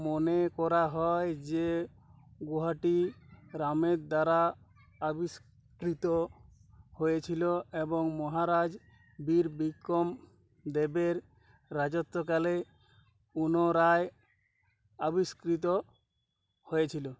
মনে করা হয় যে গুহাটি রামের দ্বারা আবিষ্কৃত হয়েছিল এবং মহারাজ বীর বিক্রম দেবের রাজত্বকালে পুনরায় আবিষ্কৃত হয়েছিল